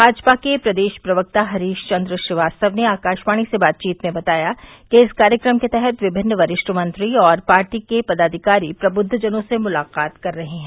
भाजपा के प्रदेश प्रवक्ता हरीश चन्द्र श्रीवास्तव ने आकाशवाणी से बातचीत में बताया कि इस कार्यक्रम के तहत विभिन्न वरिष्ठ मंत्री और पार्टी के पदाधिकारी प्रबुद्दजनों से मुलाक़ात कर रहे हैं